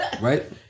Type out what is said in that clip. Right